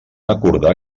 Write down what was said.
acordar